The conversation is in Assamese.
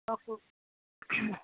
কওকচোন